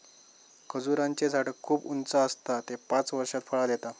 खजूराचें झाड खूप उंच आसता ते पांच वर्षात फळां देतत